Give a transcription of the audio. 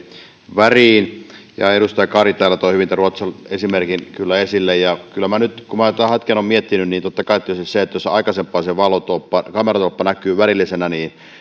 väriin edustaja kari täällä toi hyvin tämän ruotsin esimerkin kyllä esille ja kyllä nyt kun minä tätä hetken olen miettinyt totta kai tietysti jos aikaisempaan se kameratolppa näkyy värillisenä